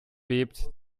bebt